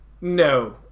No